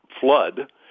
flood